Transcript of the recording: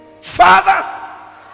father